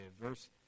Verse